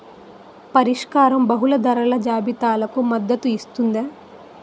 పరిష్కారం బహుళ ధరల జాబితాలకు మద్దతు ఇస్తుందా?